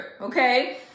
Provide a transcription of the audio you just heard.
okay